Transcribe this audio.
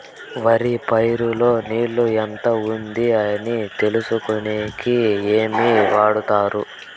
వరి పైరు లో నీళ్లు ఎంత ఉంది అని తెలుసుకునేకి ఏమేమి వాడతారు?